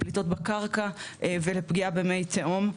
לפליטות בקרקע ולפגיעה במי תהום.